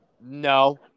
No